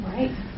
Right